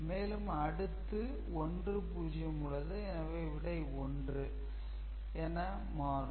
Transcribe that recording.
மேலும் அடுத்து 1 0 உள்ளது எனவே விடை 1 என மாறும்